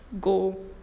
Go